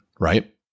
right